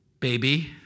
baby